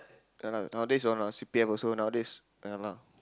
ya lah nowadays when our C_P_F also nowadays ya lah